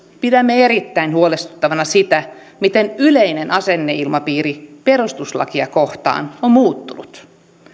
pidämme erittäin huolestuttavana sitä miten yleinen asenneilmapiiri perustuslakia kohtaan on muuttunut